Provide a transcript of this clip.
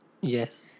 yes